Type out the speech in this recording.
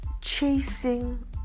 chasing